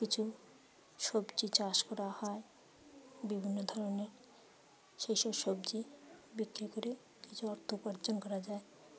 কিছু সবজি চাষ করা হয় বিভিন্ন ধরনের সেই সব সবজি বিক্রি করে কিছু অর্থ উপার্জন করা যায়